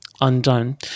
undone